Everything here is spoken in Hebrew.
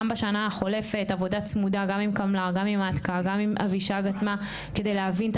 גם בשנה החולפת עבודה צמודה כדי להבין את